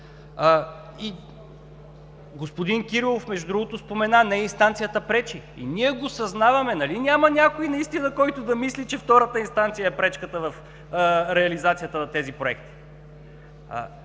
Господин Кирилов между другото спомена: не инстанцията пречи. Ние го осъзнаваме. Нали наистина няма някой, който да мисли, че втората инстанция е пречката в реализацията на тези проекти?